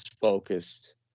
focused